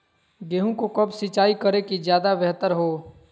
गेंहू को कब सिंचाई करे कि ज्यादा व्यहतर हो?